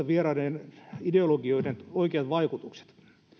vieraiden ideologioiden oikeat vaikutukset